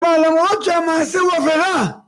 ולמרות שהם עשו עבירה